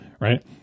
right